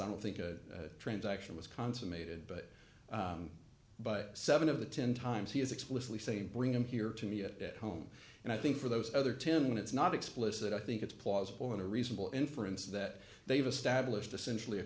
i don't think a transaction was consummated but by seven of the ten times he is explicitly saying bring him here to me at home and i think for those other ten when it's not explicit i think it's plausible and a reasonable inference that they've established essentially a